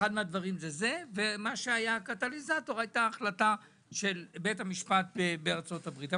זה אחד הדברים והקטליזטור היה ההחלטה של בית המשפט בארצות הברית,